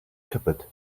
cupboard